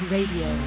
Radio